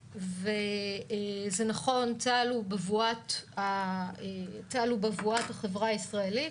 זה נכון, צה"ל הוא בבואת החברה הישראלית.